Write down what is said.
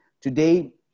Today